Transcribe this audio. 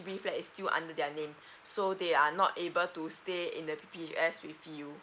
flat is still under their name so they are not able to stay in the P_P_H_S with you